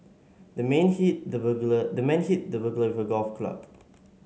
the man hit the burglar the man hit the burglar with a golf club